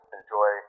enjoy